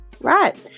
Right